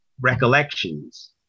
recollections